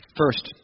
first